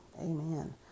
Amen